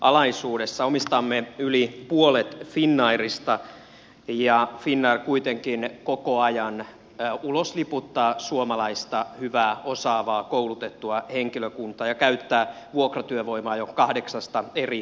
omistamme yli puolet finnairista ja finnair kuitenkin koko ajan ulosliputtaa suomalaista hyvää osaavaa koulutettua henkilökuntaa ja käyttää vuokratyövoimaa jo kahdeksasta eri maasta